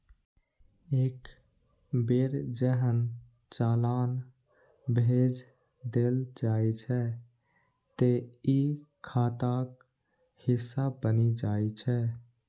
एक बेर जहन चालान भेज देल जाइ छै, ते ई खाताक हिस्सा बनि जाइ छै